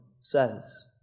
says